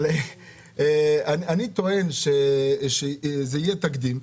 אבל אני טוען שזה יהיה תקדים,